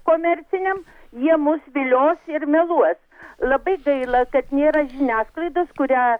komercinėm jie mus vilios ir meluos labai gaila kad nėra žiniasklaidos kurią